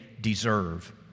deserve